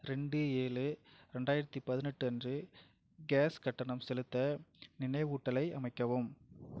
ரெண்டு ஏழு ரெண்டாயிரத்தி பதினெட்டு அன்று கேஸ் கட்டணம் செலுத்த நினைவூட்டலை அமைக்கவும்